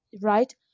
right